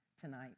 tonight